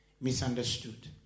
misunderstood